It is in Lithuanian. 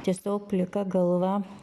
tiesiog plika galva